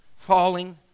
falling